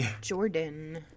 jordan